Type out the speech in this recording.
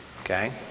okay